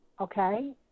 okay